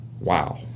wow